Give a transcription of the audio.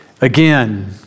again